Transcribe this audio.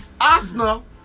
Arsenal